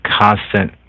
constant